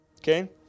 Okay